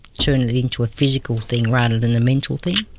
turn it into a physical thing rather than a mental thing.